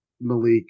Malik